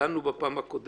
דנו על זה בפעם הקודמת.